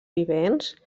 vivents